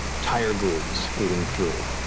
tire grooves leading through.